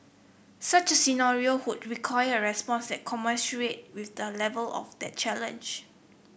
such a scenario would require a response that commensurate with the level of that challenge